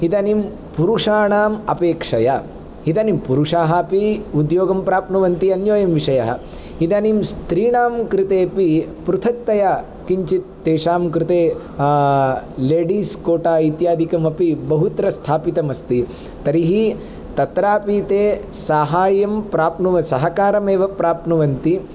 इदानीं पुरुषाणाम् अपेक्षया इदानीं पुरुषाः अपि उद्योगं प्राप्नुवन्ति अन्योयं विषयः इदानीं स्त्रीणां कृते अपि पृथक्तया किञ्चित् तेषां कृते लेडिस् कोटा इत्यादिकमपि बहुत्र स्थापितमस्ति तर्हि तत्रापि ते साहाय्यं प्राप्नु सहकारम् एव प्राप्नुवन्ति